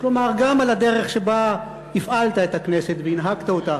כלומר גם על הדרך שבה הפעלת את הכנסת והנהגת אותה,